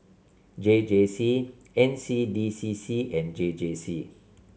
J J C N C D C C and J J C